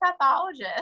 pathologist